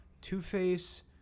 Two-Face